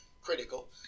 critical